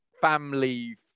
family